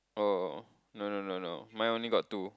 oh no no no no mine only got two